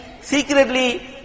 secretly